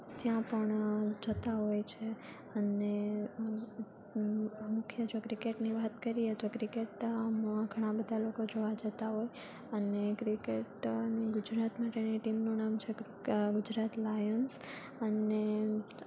ત્યાં પણ જતાં હોય છે અને મુખ્ય જો ક્રિકેટની વાત કરીએ તો ક્રિકેટ આમ ઘણા બધા લોકો જોવા જતા હોય અને ક્રિકેટની ગુજરાતમાં તેની ટીમનું નામ છે ગુજરાત લાયન્સ અને